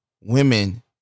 women